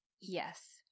Yes